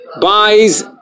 buys